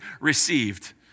received